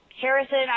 Harrison